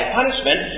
punishment